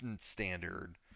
standard